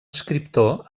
escriptor